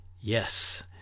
yes